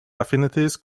affinities